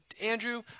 Andrew